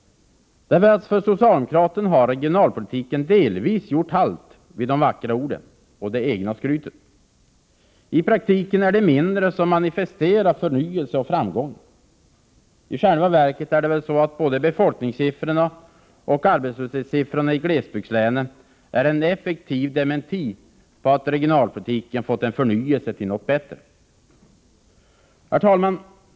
För socialdemokraterna har regionalpolitiken delvis gjort halt vid de vackra orden och det egna skrytet. I praktiken är det mindre som manifesterar förnyelse och framgång. I själva verket är det väl så att både befolkningssiffrorna och arbetslöshetssiffrorna i glesbygdslänen är en effektiv dementi på att regionalpolitiken fått en förnyelse till något bättre. Herr talman!